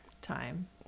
time